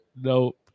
Nope